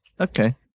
Okay